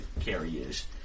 carriers